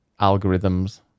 algorithms